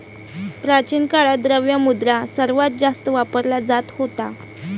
प्राचीन काळात, द्रव्य मुद्रा सर्वात जास्त वापरला जात होता